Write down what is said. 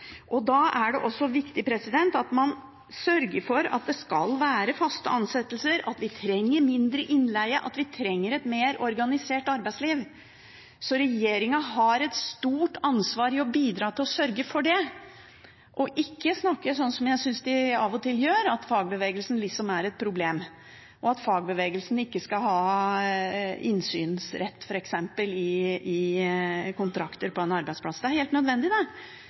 Da er det også viktig at man sørger for at det skal være faste ansettelser, at vi trenger mindre innleie, at vi trenger et mer organisert arbeidsliv. Så regjeringen har et stort ansvar i å bidra til å sørge for det, og ikke snakke sånn som jeg synes de av og til gjør, at fagbevegelsen liksom er et problem, og at fagbevegelsen ikke skal ha innsynsrett, f.eks. i kontrakter på en arbeidsplass. Det er helt nødvendig – hvis man skal kunne avsløre arbeidskriminalitet, må det